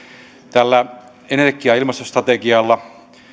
tällä energia ja ilmastostrategialla